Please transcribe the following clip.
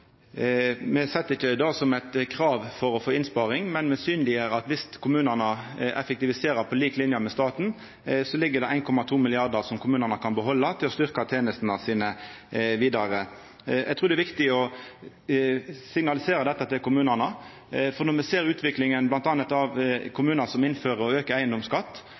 Me set ikkje det som eit krav for å få innsparing, men me synleggjer at viss kommunane effektiviserer på lik linje med staten, ligg det 1,2 mrd. kr som kommunane kan behalda til å styrkja tenestene sine vidare. Eg trur det er viktig å signalisera dette til kommunane. For når me ser utviklinga bl.a. med kommunar som innfører